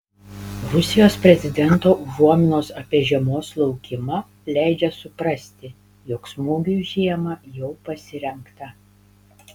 rusijos prezidento užuominos apie žiemos laukimą leidžia suprasti jog smūgiui žiemą jau pasirengta